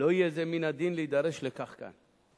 לא יהיה זה מן הדין להידרש לכך כאן,